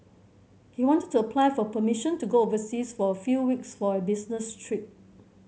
he wanted to apply for permission to go overseas for a few weeks for a business trip